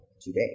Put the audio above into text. today